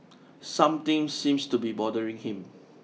something seems to be bothering him